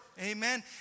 amen